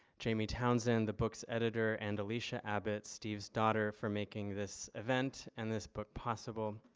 jamie townsend, the book's editor and alysia abbott, steve's daughter, for making this event and this book possible.